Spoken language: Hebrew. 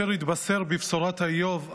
כאשר התבשר את בשורת האיוב,